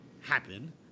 happen